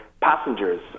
passengers